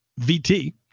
vt